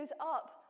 up